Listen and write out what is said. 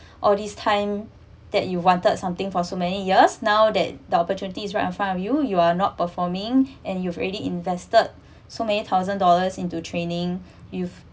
all this time that you wanted something for so many years now that the opportunities right in front of you you are not performing and you've already invested so many thousand dollars into training you've